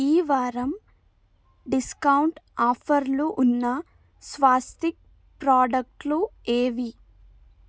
ఈవారం discount ఆఫర్లు ఉన్న స్వస్తిక్ ప్రాడక్ట్లు ఏవి